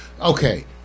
Okay